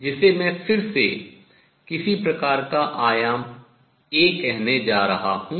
जिसे मैं फिर से किसी प्रकार का आयाम A कहने जा रहा हूँ